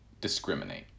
discriminate